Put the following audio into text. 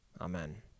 Amen